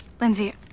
Lindsay